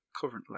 currently